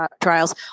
trials